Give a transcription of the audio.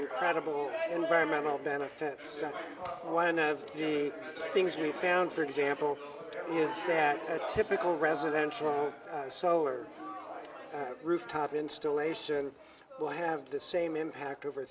credible environmental benefits one of the things we found for example is a typical residential solar rooftop installation will have the same impact over